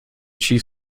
chief